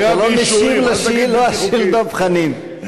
אתה לא משיב על השאלה של דב חנין.